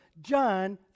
John